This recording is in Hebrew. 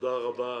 הצבעה בעד,